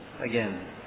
again